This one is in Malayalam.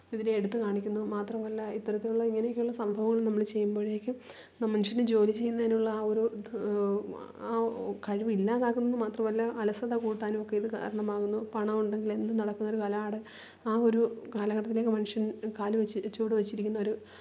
ഇതിനെ എടുത്തു കാണിക്കുന്നു മാത്രമല്ല ഇത്തരത്തിലുള്ള ഇങ്ങനെയൊക്കെയുള്ള സംഭവങ്ങള് നമ്മൾ ചെയ്യുമ്പോഴേക്കും ആ മനുഷ്യൻ ജോലി ചെയ്യുന്നതിനുള്ള ആ ഒരു ആ കഴിവില്ലാതാകുന്നുയെന്ന് മാത്രവല്ല അലസത കൂട്ടാനും ഒക്കെയിത് കാരണമാകുന്നു പണം ഉണ്ടെങ്കില് എന്തും നടക്കുന്നൊരു കാലമാണിത് ആ ഒരു കാലഘട്ടത്തിലേക്ക് മനുഷ്യന് കാലുവെച്ച് ചുവട് വെച്ചിരിക്കുന്ന ഒരു